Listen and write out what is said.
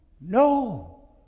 no